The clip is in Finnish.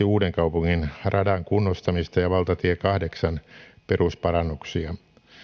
uudenkaupungin radan kunnostamista ja valtatie kahdeksan perusparannuksia